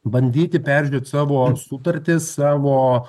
bandyti peržiūrėt savo sutartis savo